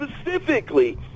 specifically